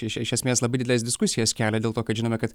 iš iš esmės labai dideles diskusijas kelia dėl to kad žinome kad